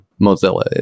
Mozilla